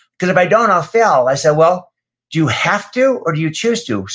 cause if i don't, i'll fall. i said, well, do you have to? or do you choose to?